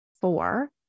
four